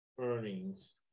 earnings